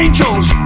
Angels